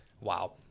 Wow